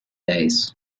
days